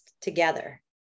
together